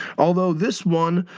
although this one.